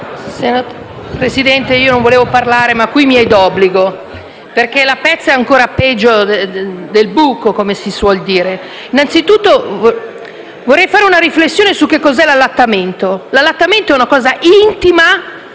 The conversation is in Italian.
Presidente, io non volevo intervenire, ma qui mi è d'obbligo, perché la pezza è ancora peggio del buco, come si suol dire. Innanzitutto, vorrei fare una riflessione su che cos'è l'allattamento: è una cosa intima,